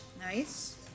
Nice